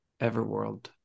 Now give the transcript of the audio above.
Everworld